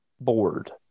board